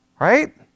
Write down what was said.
Right